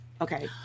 okay